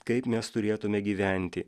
kaip mes turėtume gyventi